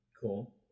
Cool